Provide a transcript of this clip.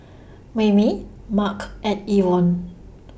Mayme Marc and Yvonne